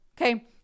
okay